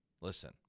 Listen